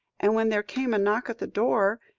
and when there came a knock at the door,